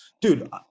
dude